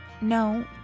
No